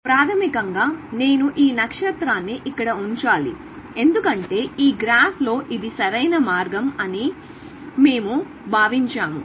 ప్రాథమికంగా నేను ఈ నక్షత్రాన్ని ఇక్కడ ఉంచాలి ఎందుకంటే ఈ గ్రాఫ్లో ఇది సరైన మార్గం అని మేము భావించాము